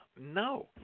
No